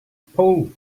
pole